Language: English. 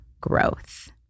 growth